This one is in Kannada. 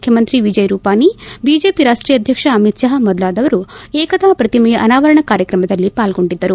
ಮುಖ್ಯಮಂತ್ರಿ ವಿಜಯ್ ರೂಪಾಣಿ ಬಿಜೆಪಿ ರಾಷ್ಲೀಯ ಅಧ್ಯಕ್ಷ ಅಮಿತ್ ಷಾ ಮೊದಲಾದವರು ಏಕತಾ ಪ್ರತಿಮೆಯ ಅನಾವರಣ ಕಾರ್ಯಕ್ರಮದಲ್ಲಿ ಪಾಲ್ಗೊಂಡಿದ್ದರು